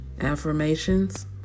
affirmations